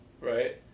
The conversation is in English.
right